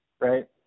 right